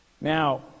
Now